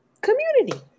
community